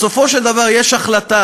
בסופו של דבר יש החלטה.